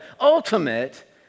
ultimate